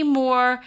more